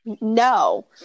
No